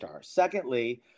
Secondly